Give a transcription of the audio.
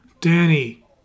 Danny